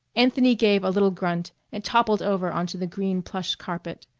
anthony gave a little grunt and toppled over onto the green plush carpet,